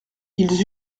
ils